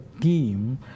team